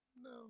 No